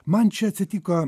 man čia atsitiko